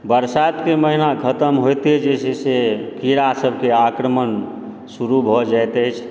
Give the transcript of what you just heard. बरसातके महीना खतम होइते जे छै से कीड़ा सभकेँ आक्रमण शुरु भऽ जाइत अछि